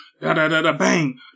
da-da-da-da-bang